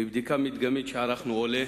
מבדיקה מדגמית שערכנו עולה